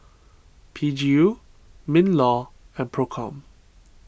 P G U MinLaw and Procom